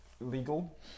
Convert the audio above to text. Legal